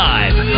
Live